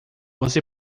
você